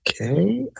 Okay